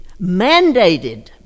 mandated